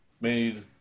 made